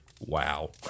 wow